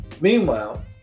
Meanwhile